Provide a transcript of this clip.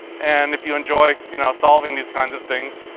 and if you enjoy, you know, solving these kinds of things,